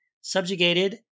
subjugated